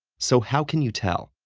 so how can you tell?